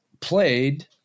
played